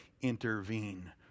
intervene